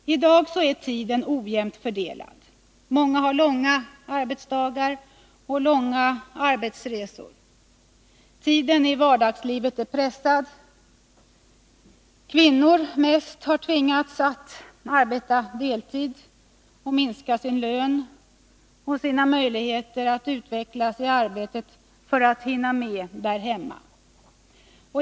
I dag är tiden ojämt fördelad. Många har långa arbetsdagar och långa arbetsresor. Tiden i vardagslivet blir pressad. Många kvinnor har tvingats att arbeta deltid och minska sin lön och sina möjligheter att utvecklas i arbetet för att hinna med arbetet där hemma.